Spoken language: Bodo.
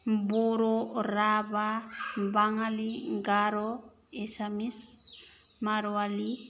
बर' राभा बेंगलि गार' एसामिस मार'वारि